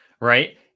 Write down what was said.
right